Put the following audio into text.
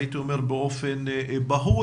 הייתי אומר באופן בהול,